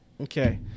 Okay